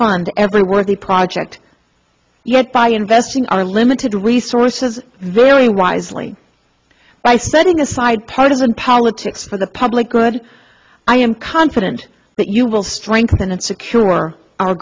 fund every worthy project yet by investing our limited resources very wisely by setting aside partisan politics for the public good i am confident that you will strengthen and secure our